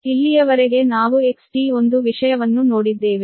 ಇಲ್ಲಿಯವರೆಗೆ ನಾವು XT1 ವಿಷಯವನ್ನು ನೋಡಿದ್ದೇವೆ